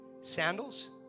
sandals